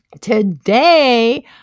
Today